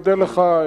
אודה לך.